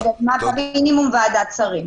מינימום ועדת שרים.